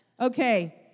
Okay